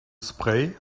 spray